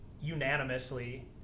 unanimously